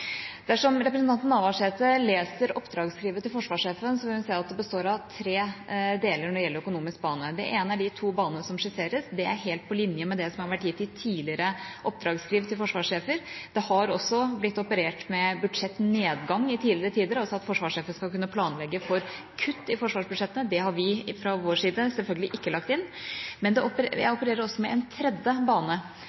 Dersom representanten Navarsete leser oppdragsskrivet til forsvarssjefen, vil hun se at det består av tre deler når det gjelder økonomisk bane. Det ene er de to banene som skisseres – det er helt på linje med det som har vært gitt i tidligere oppdragsskriv til forsvarssjefer. Det har også blitt operert med budsjettnedgang i tidligere tider og at forsvarssjefen skal kunne planlegge for kutt i forsvarsbudsjettet. Det har vi fra vår side selvfølgelig ikke lagt inn. Men jeg opererer også med en tredje bane,